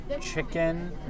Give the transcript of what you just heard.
chicken